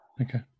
Okay